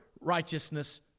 righteousness